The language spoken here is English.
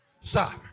Stop